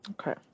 Okay